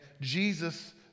Jesus